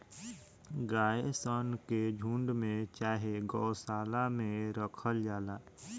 गाय सन के झुण्ड में चाहे गौशाला में राखल जाला